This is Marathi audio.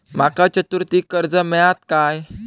माका चतुर्थीक कर्ज मेळात काय?